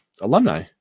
alumni